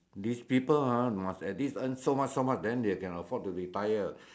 this people ah must at least earn so much so much then can afford to retire